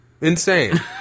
insane